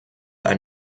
ein